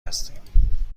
هستیم